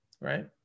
Right